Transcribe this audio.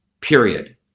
period